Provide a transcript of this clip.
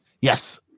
yes